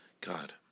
God